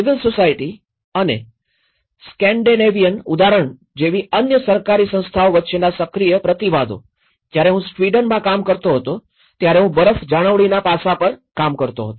civil society અને Scandinavian ઉદાહરણ જેવી અન્ય સરકારી સંસ્થાઓ વચ્ચેના સક્રિય પ્રતિવાદો જ્યારે હું સ્વીડનમાં કામ કરતો હતો ત્યારે હું બરફ જાળવણીના પાસા પર કામ કરતો હતો